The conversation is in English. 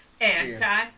anti